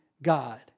God